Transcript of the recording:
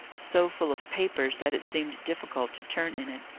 so full of papers that it seemed difficult to turn in it,